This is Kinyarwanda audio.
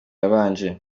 yabanje